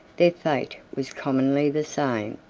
their fate was commonly the same.